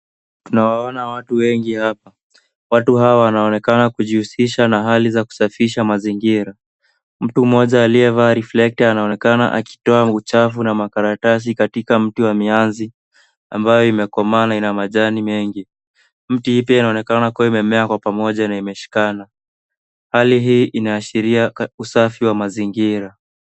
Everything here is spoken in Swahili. Tunawaona watu wengi hapa .Watu hawa wanaonekana kujihusisha na hali za kusafisha mazingira. Mtu mmoja aliyevaa reflector anaonekana akitoa uchafu na makaratasi katika mti wa mianzi, ambayo imekomaa na ina majani mengi .Mti pia inaonekana imemea kwa pamoja na imeshikana .Hali hii inaashiria usafi wa mazingira.